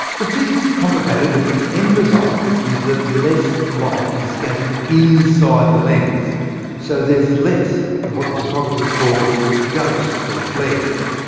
the physics is complicated, but the end result is that less light is scattered inside the lens so there's less of what the photographers call ghosts or flares.